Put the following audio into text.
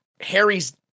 Harry's